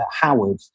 Howard